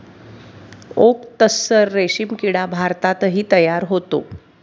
okay tussar रेशीम किडा भारतातही तयार होतो